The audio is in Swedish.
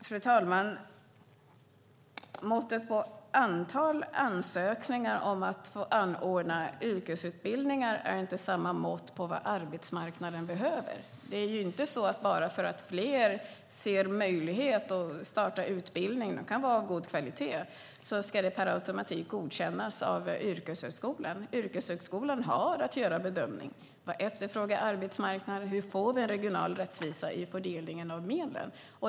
Fru talman! Måttet på antalet ansökningar om att få anordna yrkesutbildningar är inte som måttet på vad arbetsmarknaden behöver. Det är inte så att bara för att fler ser en möjlighet att starta en utbildning, som kan vara av god kvalitet, ska det per automatik godkännas av yrkeshögskolan. Yrkeshögskolan har att göra en bedömning: Vad efterfrågar arbetsmarknaden? Hur får vi regional rättvisa i fördelningen av medel?